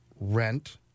rent